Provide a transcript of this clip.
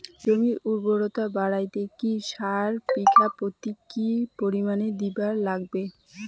জমির উর্বরতা বাড়াইতে কি সার বিঘা প্রতি কি পরিমাণে দিবার লাগবে?